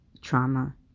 trauma